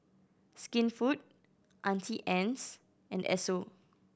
Skinfood Auntie Anne's and Esso